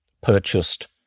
purchased